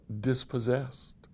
dispossessed